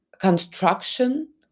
construction